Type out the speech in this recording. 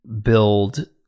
build